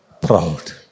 proud